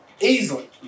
easily